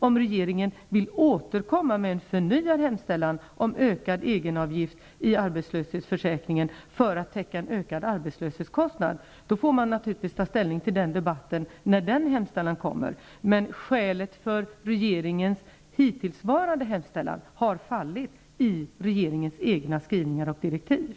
Om regeringen vill återkomma med en förnyad hemställan om en högre egenavgift i arbetslöshets försäkringen för att täcka en höjd arbetslöshets kostnad, får ställning till den debatten naturligtvis tas när en sådan hemställan kommer. Skälet för regeringens hemställan hittills har fallit i regering ens egna skrivningar och direktiv.